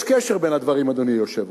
יש קשר בין הדברים, אדוני היושב-ראש.